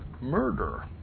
murder